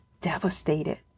devastated